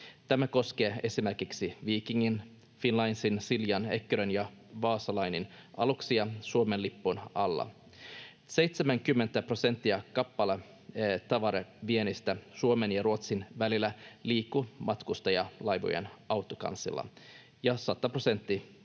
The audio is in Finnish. Tämä koskee esimerkiksi Vikingin, Finnlinesin, Siljan, Eckerön ja Wasalinen aluksia Suomen lipun alla. 70 prosenttia kappaletavaraviennistä Suomen ja Ruotsin välillä liikkuu matkustajalaivojen autokansilla ja 100 prosenttia